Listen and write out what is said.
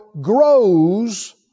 grows